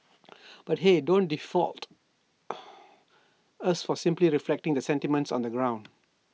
but hey don't fault us for simply reflecting the sentiments on the ground